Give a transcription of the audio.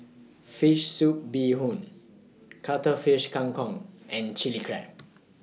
Fish Soup Bee Hoon Cuttlefish Kang Kong and Chilli Crab